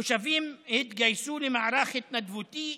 תושבים התגייסו למערך התנדבותי,